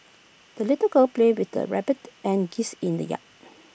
the little girl played with the rabbit and geese in the yard